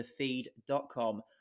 thefeed.com